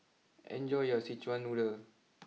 enjoy your Szechuan Noodle